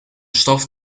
stoff